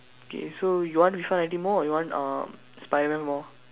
okay so you want more or you want uh Spiderman more